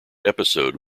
episode